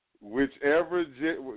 whichever